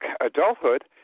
adulthood